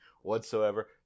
whatsoever